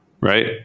Right